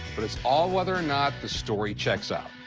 but it's all whether or not the story checks out.